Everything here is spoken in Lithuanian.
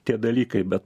tie dalykai bet